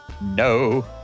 No